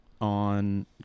on